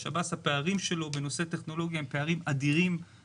הפערים של השב"ס בנושא טכנולוגיה הם פערים אדירים,